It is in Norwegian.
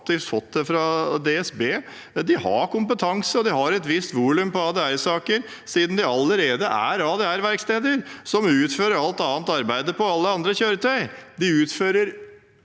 De har kompetanse, og de har et visst volum når det gjelder ADR-saker, siden de allerede er ADR-verksteder som utfører alt annet arbeid på alle andre kjøretøy.